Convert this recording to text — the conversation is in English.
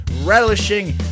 relishing